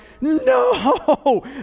no